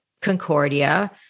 Concordia